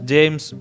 James